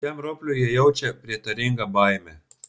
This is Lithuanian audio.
šiam ropliui jie jaučia prietaringą baimę